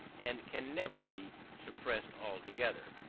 and can never be suppressed altogether,